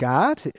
God